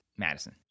Madison